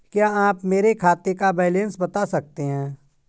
क्या आप मेरे खाते का बैलेंस बता सकते हैं?